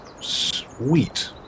Sweet